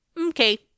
Okay